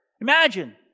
Imagine